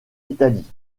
italie